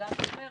וגם של מרצ.